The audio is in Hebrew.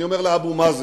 אני אומר לאבו מאזן: